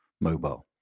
mobile